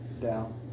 Down